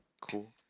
Cool